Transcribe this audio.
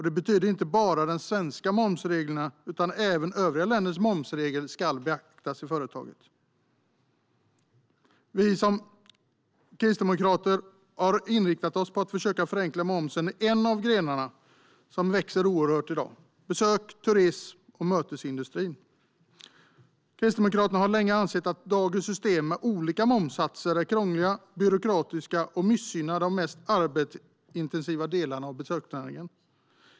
Det betyder inte bara att de svenska momsreglerna utan även övriga länders momsregler ska beaktas av företagen. Vi kristdemokrater har inriktat oss på att försöka förenkla momsen i en av de grenar som växer oerhört i dag: besöks, turism och mötesindustrin. Kristdemokraterna har länge ansett att dagens system med olika momssatser är krångligt och byråkratiskt och att det missgynnar de mest arbetsintensiva delarna av besöksnäringen.